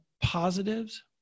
positives